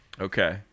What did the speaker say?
Okay